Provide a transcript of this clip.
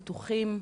בטוחים,